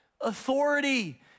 authority